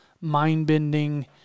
mind-bending